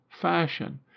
fashion